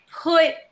put